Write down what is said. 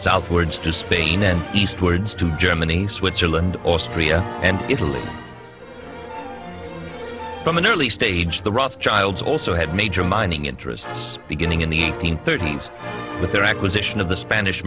southwards to spain and eastwards to germany switzerland austria and italy from an early stage the rothschilds also had major mining interests beginning in the eight hundred thirty s with their acquisition of the spanish